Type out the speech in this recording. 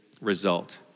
result